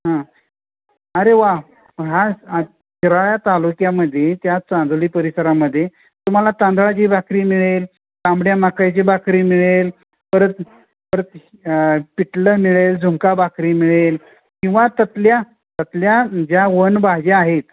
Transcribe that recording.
हां अरे वा हा शिराळ्या तालुक्यामध्ये त्या चांदोली परिसरामध्ये तुम्हाला तांदळाची भाकरी मिळेल तांबड्या मकईची भाकरी मिळेल परत परत पिठलं मिळेल झुणका भाकरी मिळेल किंवा तिथल्या तिथल्या ज्या वनभाज्या आहेत